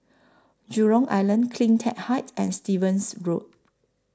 Jurong Island CleanTech Height and Stevens Road